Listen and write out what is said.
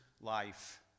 life